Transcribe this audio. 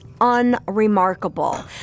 unremarkable